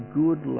good